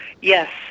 Yes